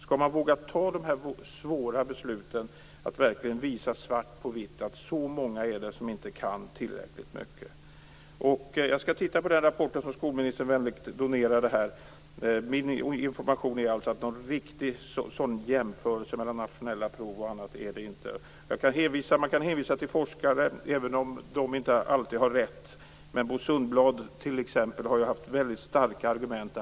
Skall man våga fatta de svåra besluten och visa svart på vitt hur många som inte kan tillräckligt mycket? Jag skall titta på den rapport som skolministern vänligt donerade här. Min information är alltså att det inte är någon riktig jämförelse mellan nationella prov och annat. Man kan hänvisa till forskare, även om de inte alltid har rätt. Men, t.ex. Bo Sundblad har haft starka argument.